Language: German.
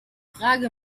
frage